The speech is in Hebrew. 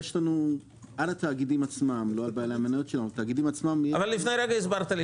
יש לנו על התאגידים עצמם -- אבל לפני רגע הסברת לי